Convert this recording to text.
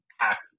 act